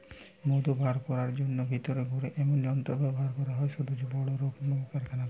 মধু বার কোরার জন্যে ভিতরে ঘুরে এমনি যন্ত্র ব্যাভার করা হয় শুধু বড় রক্মের কারখানাতে